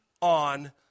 on